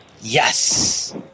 Yes